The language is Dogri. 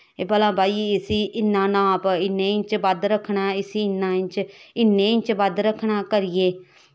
भला भाई इसी इन्ना नाप इन्ना इंच बद्ध रक्खना इसी इन्ना इंच इन्ना इंच बद्ध रक्खना करियै